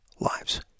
lives